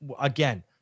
again